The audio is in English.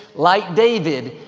like david,